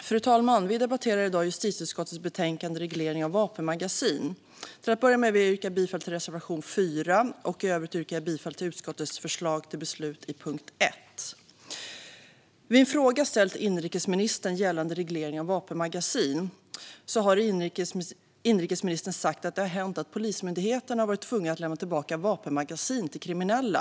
Fru talman! Vi debatterar i dag justitieutskottets betänkande Reglering av vapenmagasin . Till att börja med vill jag yrka bifall till reservation 4, och i övrigt yrkar jag bifall till utskottets förslag till beslut i punkt 1. På en fråga ställd till inrikesministern gällande reglering av vapenmagasin svarade inrikesministern att det har hänt att Polismyndigheten har varit tvungen att lämna tillbaka vapenmagasin till kriminella.